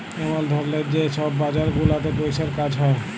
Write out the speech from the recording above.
এমল ধরলের যে ছব বাজার গুলাতে পইসার কাজ হ্যয়